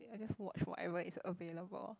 I just watch whatever is available